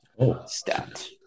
Stats